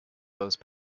those